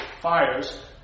fires